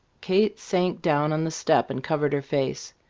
kate sank down on the step and covered her face.